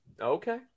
Okay